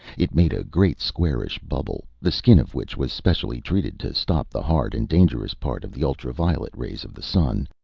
it made a great, squarish bubble, the skin of which was specially treated to stop the hard and dangerous part of the ultra-violet rays of the sun,